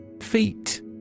Feet